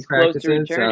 practices